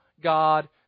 god